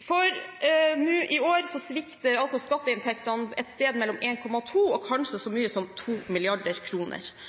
I år svikter skatteinntektene med et sted mellom 1,2 mrd. kr og kanskje så mye som